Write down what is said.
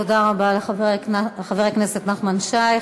תודה רבה לחבר הכנסת נחמן שי.